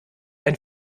ein